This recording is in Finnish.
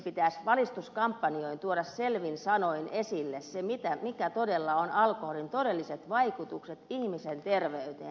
pitäisi valistuskampanjoin tuoda selvin sanoin esille mitkä todella ovat alkoholin todelliset vaikutukset ihmisen terveyteen